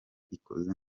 ikoze